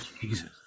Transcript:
Jesus